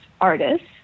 artists